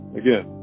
again